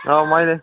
अब मैले